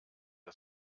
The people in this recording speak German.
wir